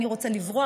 אני רוצה לברוח,